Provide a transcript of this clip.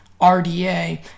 RDA